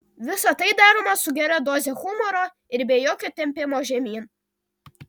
visa tai daroma su gera doze humoro ir be jokio tempimo žemyn